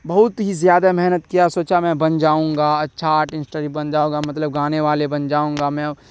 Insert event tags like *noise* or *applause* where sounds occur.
بہت ہی زیادہ محنت کیا سوچا میں بن جاؤں گا اچھا آرٹ *unintelligible* بن جاؤں گا مطلب گانے والے بن جاؤں گا میں